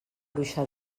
bruixa